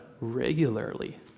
regularly